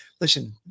listen